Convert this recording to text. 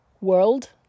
world